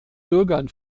bürgern